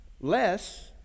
Less